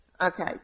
Okay